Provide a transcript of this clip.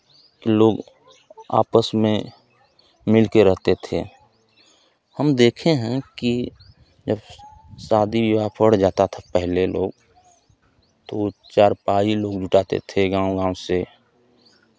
कि लोग आपस में मिल के रहते थे हम देखे हैं कि जब शादी विवाह पड़ जाता था पहले लोग तो चारपाई लोग जुटाते थे गाँव गाँव से